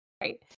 Right